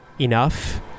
enough